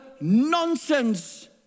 nonsense